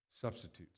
substitutes